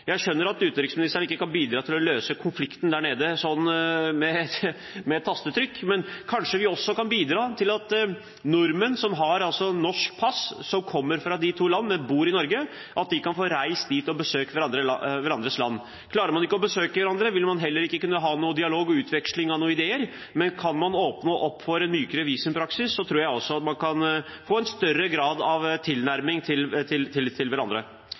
skjønner at utenriksministeren ikke kan bidra til å løse konflikten der nede med et tastetrykk, men kanskje vi kan bidra til at nordmenn som har norsk pass, og som kommer fra disse to landene, men bor i Norge, kan få reist dit og besøkt hverandres land. Klarer man ikke å besøke hverandre, vil man heller ikke kunne ha noen dialog eller utveksling av ideer, men kan man åpne opp for en mykere visumpraksis, tror jeg også man kan få større grad av tilnærming til hverandre. Jeg tror Norge kan gjøre mer. Vi behøver ikke å ta stilling til